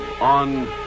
on